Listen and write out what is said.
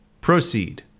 proceed